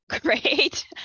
great